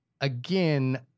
again